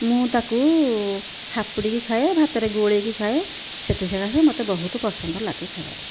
ମୁଁ ତାକୁ ହାପୁଡ଼େଇକି ଖାଏ ଭାତରେ ଗୋଳେଇକି ଖାଏ ସେଥି ସକାଶେ ମୋତେ ବହୁତ ପସନ୍ଦ ଲାଗେ ଖାଇବା ପାଇଁ